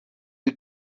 you